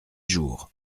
jours